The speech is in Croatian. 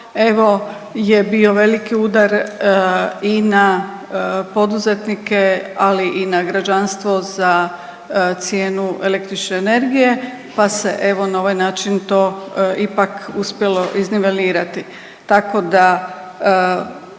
evo je bio veliki udar i na poduzetnike, ali i na građanstvo za cijenu električne energije, pa se evo na ovaj način to ipak uspjelo iznivelirati.